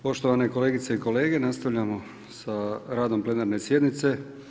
Poštovane kolegice i kolege, nastavljamo sa radom plenarne sjednice.